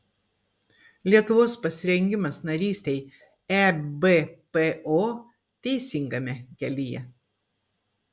lietuvos pasirengimas narystei ebpo teisingame kelyje